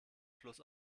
fluss